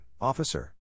officer